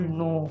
no